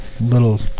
little